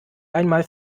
einmal